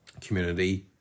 community